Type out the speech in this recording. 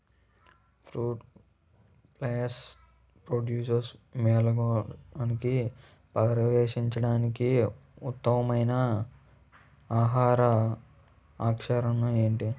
Fruit flies drosophila మెలనోగాస్టర్ని పర్యవేక్షించడానికి ఉత్తమమైన ఆహార ఆకర్షణ ఏది?